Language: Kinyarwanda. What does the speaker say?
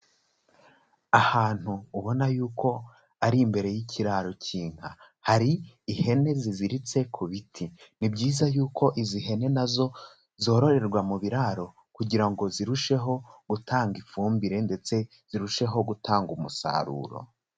Ahantu ubona yuko ari imbere y'ikiraro k'inka. Hari ihene ziziritse ku biti. Ni byiza yuko izi hene nazo zororerwa mu biraro kugira ngo zirusheho gutanga ifumbire ndetse zirusheho gutanga umusaruro.